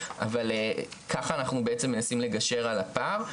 אבל ככה אנחנו בעצם מנסים לגשר על הפער.